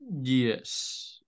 Yes